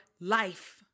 life